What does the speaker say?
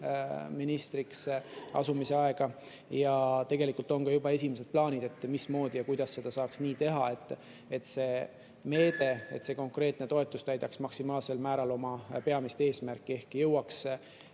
Tegelikult on meil ka juba esimesed plaanid, mismoodi, kuidas seda saaks nii teha, et see meede, see konkreetne toetus täidaks maksimaalsel määral oma peamist eesmärki ehk jõuaks